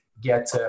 get